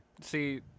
See